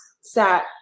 sat